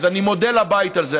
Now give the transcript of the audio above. אז אני מודה לבית הזה,